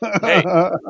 Hey